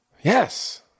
yes